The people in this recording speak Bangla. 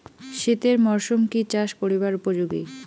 শীতের মরসুম কি চাষ করিবার উপযোগী?